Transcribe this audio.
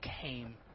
came